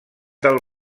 del